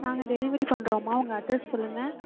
நாங்கள் டெலிவரி பண்ணுறோம்மா உங்கள் அட்ரெஸ் சொல்லுங்கள்